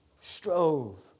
strove